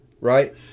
right